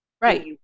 Right